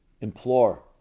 implore